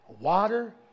water